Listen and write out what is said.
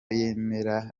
yemera